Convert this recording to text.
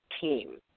team